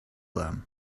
them